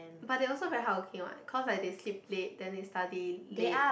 but they also very hardworking what cause like they sleep late then they study late